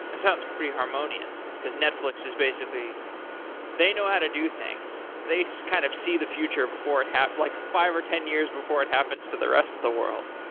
sounds pretty harmonious, because netflix is basically they know how to do things. they so kind of see the future before it like five or ten years before it happens to the rest the world.